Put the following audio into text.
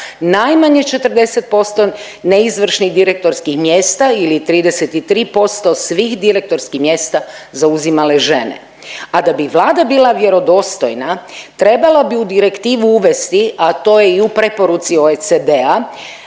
najmanje 40% neizvršnih direktorskih mjesta ili 33% svih direktorskih mjesta zauzimale žene, a da bi Vlada bila vjerodostojna trebala bi u direktivu uvesti, a to je i u preporuci OECD-a,